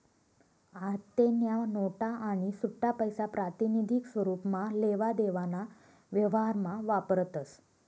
आत्तेन्या नोटा आणि सुट्टापैसा प्रातिनिधिक स्वरुपमा लेवा देवाना व्यवहारमा वापरतस